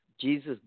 Jesus